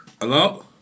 Hello